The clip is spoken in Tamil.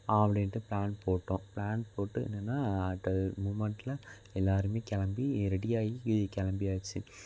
அப்படின்ட்டு ப்ளான் போட்டோம் ப்ளான் போட்டு என்னன்னால் அட் அது முமெண்டில் எல்லோருமே கிளம்பி ரெடி ஆகி கிளம்பியாச்சு